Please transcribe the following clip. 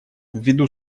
ввиду